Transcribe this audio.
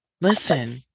listen